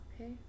Okay